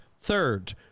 Third